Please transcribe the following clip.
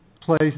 place